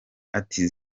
ati